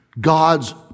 God's